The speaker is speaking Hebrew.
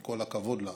עם כל הכבוד לה,